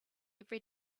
every